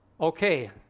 okay